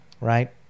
right